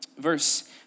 Verse